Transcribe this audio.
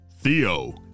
Theo